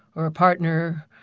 or a partner,